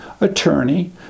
attorney